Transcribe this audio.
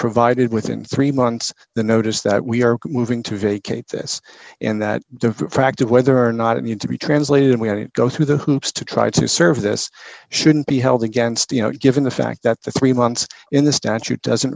provided within three months the notice that we are moving to vacate this and that the fact of whether or not it needs to be translated and we have to go through the hoops to try to serve this shouldn't be held against you know given the fact that the three months in the statute doesn't